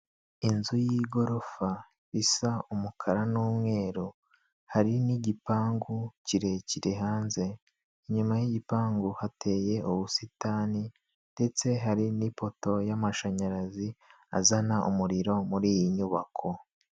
Inzu y'igorofa isa umukara n'umweru hari n'igipangu kirekire hanze, inyuma y'igipangu hateye ubusitani ndetse hari n'ipoto y'amashanyarazi azana umuriro muri iyi nyubako.